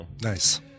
Nice